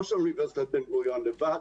לא רק של אוניברסיטת בן גוריון לבד.